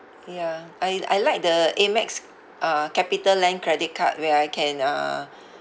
ya I I like the Amex uh Capitaland credit card where I can uh